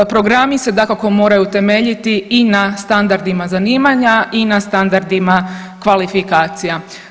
Programi se dakako moraju temeljiti i na standardima zanimanja i na standardima kvalifikacija.